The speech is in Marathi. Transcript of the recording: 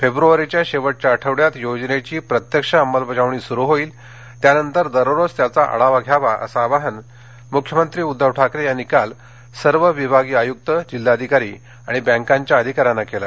फेब्रवारीच्या शेवटच्या आठवड्यात योजनेची प्रत्यक्ष अंमलबजावणी सुरू होईल त्यानंतर दररोज त्याचा आढावा घ्यावा असं आवाहन मुख्यमंत्री उद्दव ठाकरे यांनी काल सर्व विभागीय आयुक्त जिल्हाधिकारी आणि बँकेच्या अधिकाऱ्यांना केले